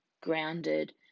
grounded